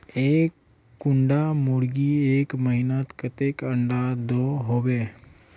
एक कुंडा मुर्गी एक महीनात कतेरी अंडा दो होबे?